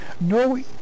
No